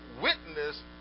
witness